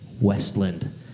Westland